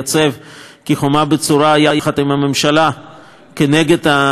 כחומה בצורה יחד עם הממשלה כנגד הניסיון